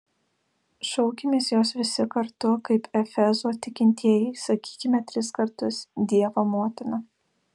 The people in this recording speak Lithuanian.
šaukimės jos visi kartu kaip efezo tikintieji sakykime tris kartus dievo motina